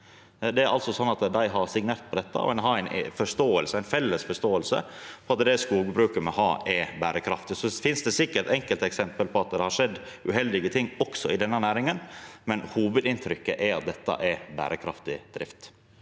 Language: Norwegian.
dei har signert på dette, og ein har ei felles forståing av at det skogbruket me har, er berekraftig. Så finst det sikkert enkelteksempel på at det har skjedd uheldige ting også i denne næringa, men hovudinntrykket er at dette er berekraftig drift.